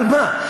על מה?